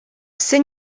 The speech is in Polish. psy